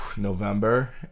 November